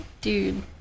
Dude